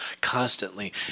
constantly